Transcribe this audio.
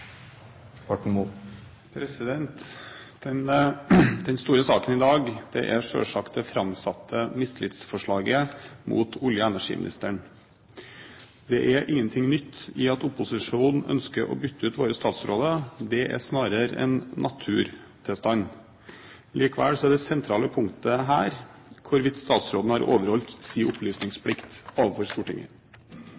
for framtiden. Den store saken i dag er selvsagt det framsatte mistillitsforslaget mot olje- og energiministeren. Det er ikke noe nytt i at opposisjonen ønsker å bytte ut våre statsråder – det er snarere en naturtilstand. Men det sentrale punktet her er likevel hvorvidt statsråden har overholdt